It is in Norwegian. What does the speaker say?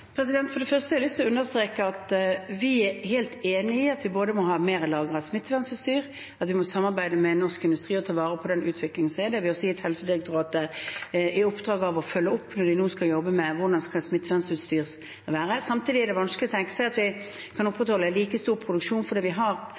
For det første har jeg lyst til å understreke at vi er helt enig i at vi både må ha mer lagret smittevernutstyr, og at vi må samarbeide med norsk industri og ta vare på den utviklingen. Det har vi også gitt Helsedirektoratet i oppdrag å følge opp når de nå skal jobbe med hvordan smittevernutstyr skal være. Samtidig er det vanskelig å tenke seg at vi kan opprettholde en like stor produksjon, for vi har